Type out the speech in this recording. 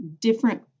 different